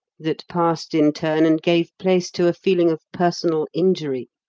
that passed in turn and gave place to a feeling of personal injury,